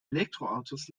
elektroautos